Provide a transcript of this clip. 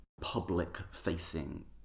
public-facing